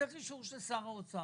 צריך אישור של שר האוצר.